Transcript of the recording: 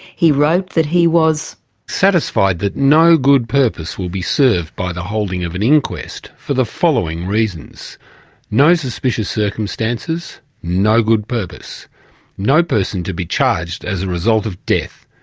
he wrote that he was satisfied that no good purpose will be served by the holding of an inquest for the following reasons no suspicious circumstances no good purpose no person to be charged as a result of death.